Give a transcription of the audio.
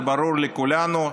זה ברור לכולנו.